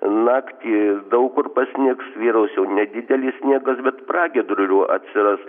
naktį daug kur pasnigs vyraus jau nedidelis sniegas bet pragiedrulių atsiras